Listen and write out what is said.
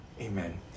amen